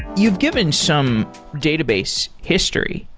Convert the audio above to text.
you've given some database history,